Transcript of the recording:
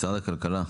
משרד הכלכלה,